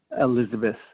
Elizabeth